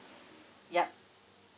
yup